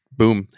boom